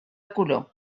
color